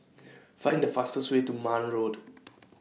Find The fastest Way to Marne Road